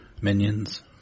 minions